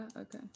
okay